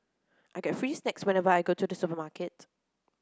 I get free snacks whenever I go to the supermarket